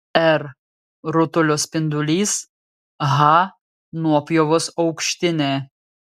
r rutulio spindulys h nuopjovos aukštinė